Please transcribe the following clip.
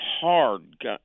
hard